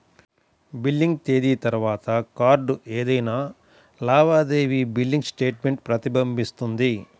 billing తేదీ తర్వాత కార్డ్పై ఏదైనా లావాదేవీ బిల్లింగ్ స్టేట్మెంట్ ప్రతిబింబిస్తుంది